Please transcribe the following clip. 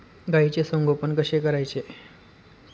गाईचे संगोपन कसे करायचे?